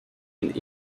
and